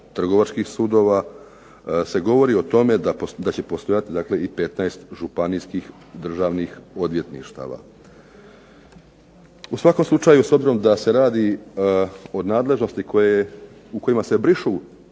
trgovačkih sudova, se govori o tome da će postojati i 15 županijskih državnih odvjetništava. U svakom slučaju, s obzirom da se radi o nadležnosti u kojima se brišu